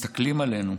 מסתכלים עלינו.